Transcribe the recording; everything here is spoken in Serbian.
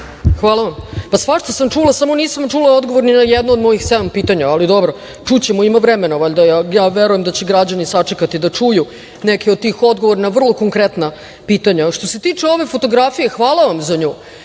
Hvala vam. Svašta sam čula, samo nisam čula odgovor ni na jedno od mojih sedam pitanja, ali dobro, čućemo, ima vremena valjda. Verujem da će građani sačekati da čuju neke od tih odgovora na vrlo konkretna pitanja. Što se tiče ove fotografije, hvala vam za nju.